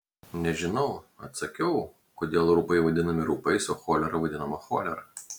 nežinau atsakiau kodėl raupai vadinami raupais o cholera vadinama cholera